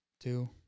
Two